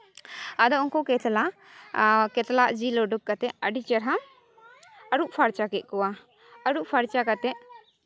ᱟᱫᱚ ᱩᱱᱠᱩ ᱠᱟᱛᱞᱟ ᱠᱟᱛᱞᱟ ᱟᱜ ᱡᱤᱞ ᱩᱰᱩᱠ ᱠᱟᱛᱮᱫ ᱟᱹᱰᱤ ᱪᱮᱦᱨᱟ ᱟᱹᱨᱩᱵ ᱯᱷᱟᱨᱪᱟ ᱠᱮᱫ ᱠᱚᱣᱟ ᱟᱹᱨᱩᱵ ᱯᱷᱟᱨᱪᱟ ᱠᱟᱛᱮᱫ